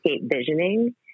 visioning